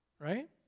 right